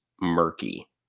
murky